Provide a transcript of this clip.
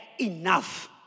enough